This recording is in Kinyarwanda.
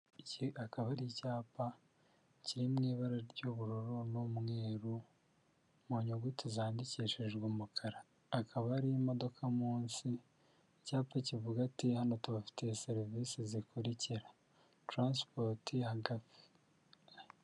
Iki akaba ari icyapa kiri mu ibara ry'ubururu n'umweru mu nyuguti zandikishijwe umukara, akaba ari imodoka munsi icyapa kivuga ati:"hano tubafitiye serivisi zikurikira; taransipoti hagati."